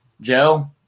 Joe